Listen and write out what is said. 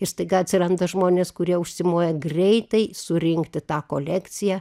ir staiga atsiranda žmonės kurie užsimoja greitai surinkti tą kolekciją